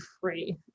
free